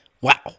Wow